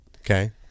Okay